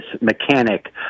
mechanic